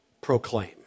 proclaim